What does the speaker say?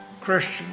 christian